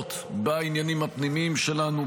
זרות בעניינים הפנימיים שלנו,